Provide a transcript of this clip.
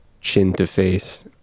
chin-to-face